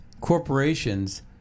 corporations